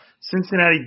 Cincinnati